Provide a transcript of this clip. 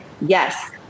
yes